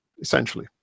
Essentially